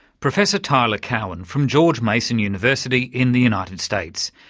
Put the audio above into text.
professor tyler cowen from george mason university in the united states.